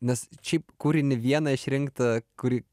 nes šiaip kūrinį vieną išrinkt kurį